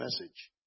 message